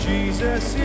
Jesus